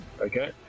okay